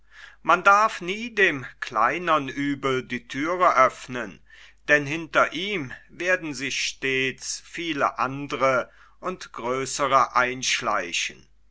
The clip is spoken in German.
man darf nie dem kleineren uebel die thür öffnen denn hinter ihm werden sich stets viele andere und größere einschleichen